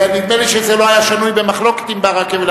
נדמה לי שזה לא היה שנוי במחלוקת עם ברכה,